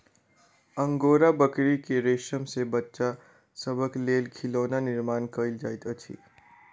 angora बकरी के रेशम सॅ बच्चा सभक लेल खिलौना निर्माण कयल जाइत अछि